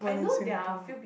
born in Singapore